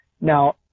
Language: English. Now